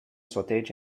sorteig